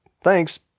Thanks